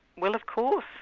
well of course,